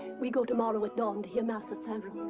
we go tomorrow at dawn to hear mass at